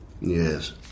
Yes